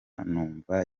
numva